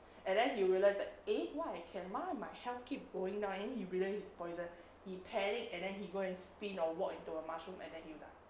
and then you realise that eh why can why my heal help keep going nine he realised poison he panicked and then he go and spin or walk into a mushroom and then he'll die